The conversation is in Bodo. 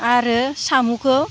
आरो साम'खौ